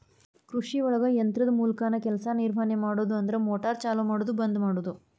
ಕೃಷಿಒಳಗ ಯಂತ್ರದ ಮೂಲಕಾನ ಕೆಲಸಾ ನಿರ್ವಹಣೆ ಮಾಡುದು ಅಂದ್ರ ಮೋಟಾರ್ ಚಲು ಮಾಡುದು ಬಂದ ಮಾಡುದು